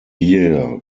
year